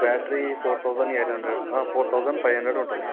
battery four thousand eight hundred four thousand five hundred ఉంటుంది